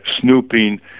snooping